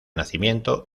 nacimiento